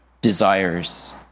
desires